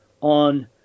on